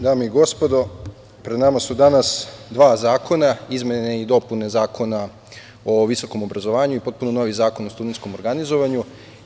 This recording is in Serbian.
Dame i gospodo, pred nama su danas dva zakona - izmene i dopune Zakona o visokom obrazovanju i potpuno novi zakon o studenskom organizovanju.